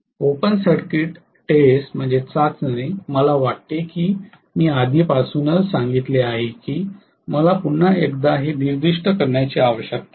open circuit चाचणी मला वाटते की मी आधीपासूनच सांगितले आहे की मला पुन्हा एकदा हे निर्दिष्ट करण्याची आवश्यकता नाही